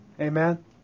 Amen